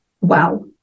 wow